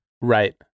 right